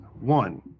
One